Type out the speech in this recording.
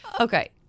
Okay